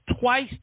twice